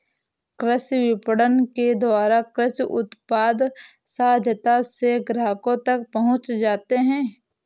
कृषि विपणन के द्वारा कृषि उत्पाद सहजता से ग्राहकों तक पहुंच जाते हैं